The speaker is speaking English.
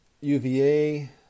UVA